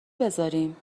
بذاریم